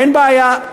אין בעיה.